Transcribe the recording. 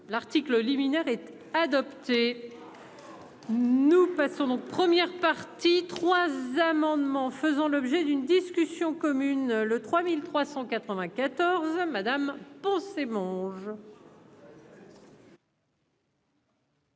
L'article liminaire et adopté. Nous passons notre première partie trois amendements faisant l'objet d'une discussion commune le 3394 madame pose mange.